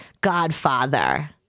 godfather